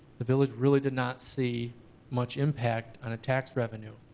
the village really did not see much impact on a tax revenue.